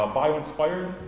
bio-inspired